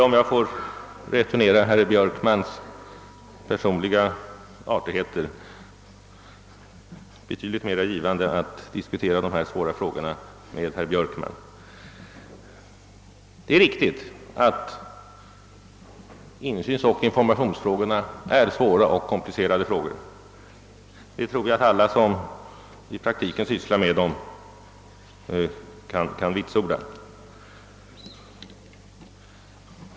Om jag får returnera herr Björkmans personliga artigheter — det är betydligt mera givande att diskutera dessa frågor med herr Björkman — vill jag säga att det är riktigt att insynsoch informationsfrågorna är svåra och komplicerade. Alla som i praktiken sysslat med dem kan vitsorda detta.